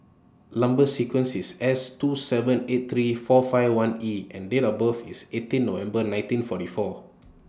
Number sequence IS S two seven eight three four five one E and Date of birth IS eighteen November nineteen forty four